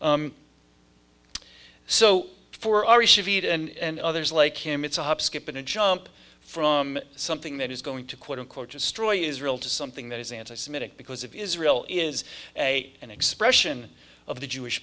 so for ari shapiro and others like him it's a hop skip and a jump from something that is going to quote unquote destroy israel to something that is anti semitic because of israel is a an expression of the jewish